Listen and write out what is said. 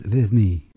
Disney